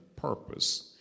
purpose